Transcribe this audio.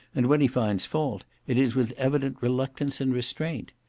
and when he finds fault, it is with evident reluctance and restraint,